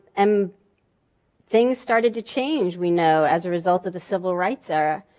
um things started to change, we know, as a result of the civil rights era.